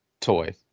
toy